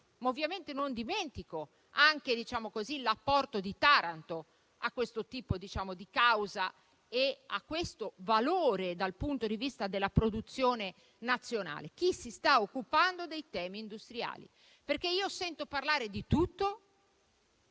ma non dimentico anche l'apporto di Taranto a questo tipo di causa e a questo valore dal punto di vista della produzione nazionale. Chi si sta occupando dei temi industriali? Perché io sento parlare di tutto,